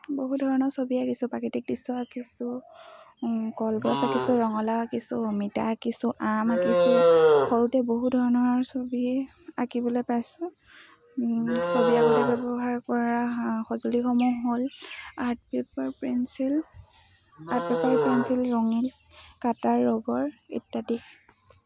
বহু ধৰণৰ ছবি আঁকিছোঁ প্ৰাকৃতিক দৃশ্য আঁকিছোঁ কলবছ আঁিছোঁ ৰঙালাও আঁকিছোঁ অমিতা আঁকিছোঁ আম আঁকিছোঁ সৰুতে বহু ধৰণৰ ছবি আঁকিবলৈ পাইছোঁ ছবি আঁকতে ব্যৱহাৰ কৰা সঁজুলিসমূহ হ'ল art paper pencil art paper pencil ৰঙিল কাটাৰ ৰগৰ ইত্যাদি